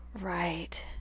Right